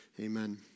Amen